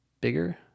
bigger